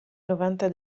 novanta